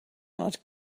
not